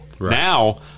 Now